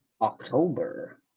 October